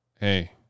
Hey